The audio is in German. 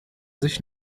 sich